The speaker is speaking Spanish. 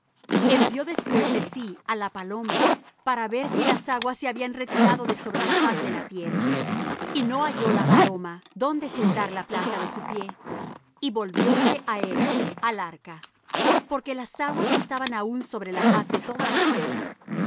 envió también de sí á la paloma para ver si las aguas se habían retirado de sobre la faz de la tierra y no halló la paloma donde sentar la planta de su pie y volvióse á él al arca porque las aguas estaban aún sobre la faz de toda la tierra